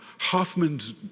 Hoffman's